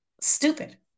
stupid